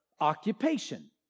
occupation